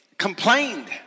complained